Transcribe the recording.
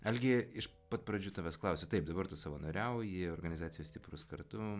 algi iš pat pradžių tavęs klausiu taip dabar tu savanoriauji organizacijoj stiprūs kartu